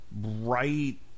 right